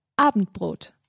Abendbrot